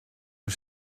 een